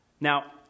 Now